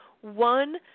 one